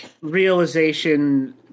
realization